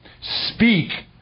speak